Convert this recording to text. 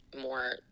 more